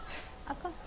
ಅಕ್ಕ